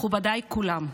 מכובדיי כולם,